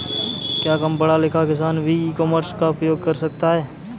क्या कम पढ़ा लिखा किसान भी ई कॉमर्स का उपयोग कर सकता है?